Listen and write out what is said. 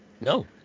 No